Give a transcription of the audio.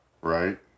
Right